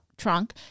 trunk